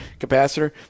capacitor